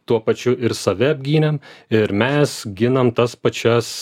tuo pačiu ir save apgynėm ir mes ginam tas pačias